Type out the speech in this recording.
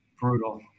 Brutal